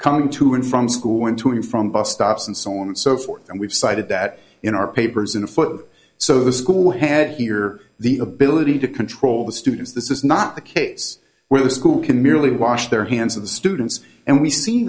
coming to and from school into it from bus stops and so on and so forth and we've cited that in our papers in the foot so the school had here the ability to control the students this is not the case where the school can merely why their hands of the students and we've seen